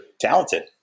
talented